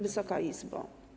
Wysoka Izbo!